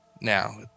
now